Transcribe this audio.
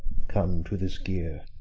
come, to this gear.